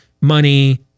money